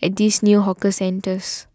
at these new hawker centres